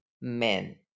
men